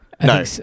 No